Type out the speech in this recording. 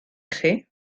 chi